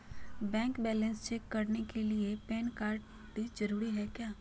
Bank balance check करने के लिए पैन कार्ड जरूरी है क्या?